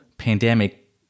pandemic